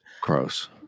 Gross